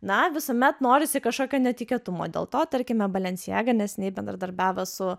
na visuomet norisi kašokio netikėtumo dėl to tarkime balencijaga nesniai bendradarbiavo su